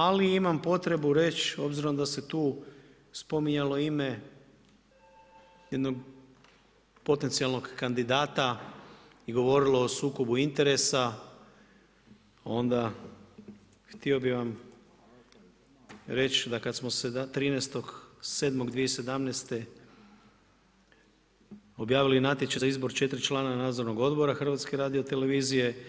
Ali imam potrebu reći, obzirom da se tu spominjalo ime jednog potencijalnog kandidata i govorilo o sukobu interesa onda htio bih vam reći da kad smo se 13.7.2017. objavili natječaj za izbor četiri člana Nadzornog odbora Hrvatske radiotelevizije